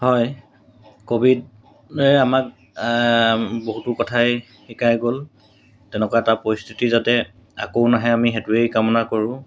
হয় ক'ভিডে আমাক বহুতো কথাই শিকাই গ'ল তেনেকুৱা এটা পৰিস্থিতি যাতে আকৌ নাহে আমি সেইটোৱেই কামনা কৰোঁ